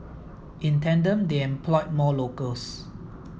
in tandem they employed more locals